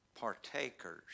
partakers